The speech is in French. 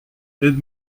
aide